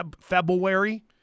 February